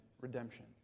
redemption